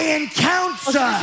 encounter